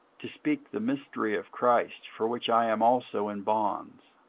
to speak the mystery of christ, for which i am also in bonds